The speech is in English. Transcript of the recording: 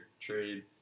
trade